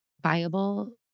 viable